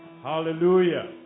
Hallelujah